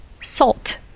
Salt